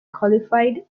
qualified